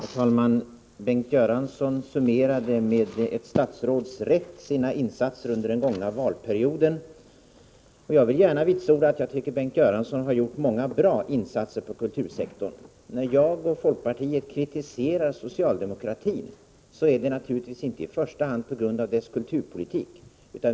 Herr talman! Bengt Göransson summerade, med ett statsråds rätt, sina insatser under den gångna valperioden. Jag vill gärna vitsorda att Bengt Göransson gjort många bra insatser på kultursektorn. När jag och folkpartiet kritiserar socialdemokratin är det naturligtvis inte i första hand på grund av dess kulturpolitik.